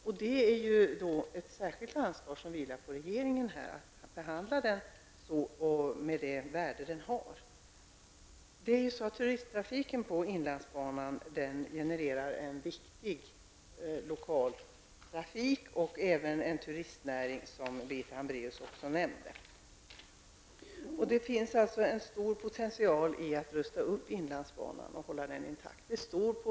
Därmed vilar det ett särskilt stort ansvar på regeringen att behandla denna järnväg efter det värde den har. Turisttrafiken på iInlandsbanan genererar en viktig lokaltrafik och även en turistnäring, något som Birgitta Hambraeus nämnde. Det finns alltså en stor potential när det gäller att rusta upp inlandsbanan och att hålla den intakt.